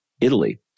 Italy